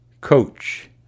Coach